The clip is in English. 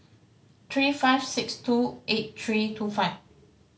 three five six two eight three two five